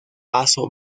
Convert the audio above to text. paso